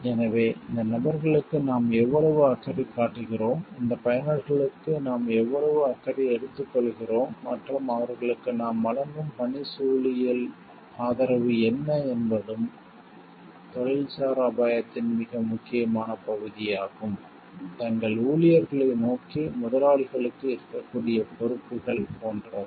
எனவே இந்த நபர்களுக்கு நாம் எவ்வளவு அக்கறை காட்டுகிறோம் இந்த பயனர்களுக்கு நாம் எவ்வளவு அக்கறை எடுத்துக்கொள்கிறோம் மற்றும் அவர்களுக்கு நாம் வழங்கும் பணிச்சூழலியல் ஆதரவு என்ன என்பதும் தொழில்சார் அபாயத்தின் மிக முக்கியமான பகுதியாகும் தங்கள் ஊழியர்களை நோக்கி முதலாளிகளுக்கு இருக்கக்கூடிய பொறுப்புகள் போன்றவை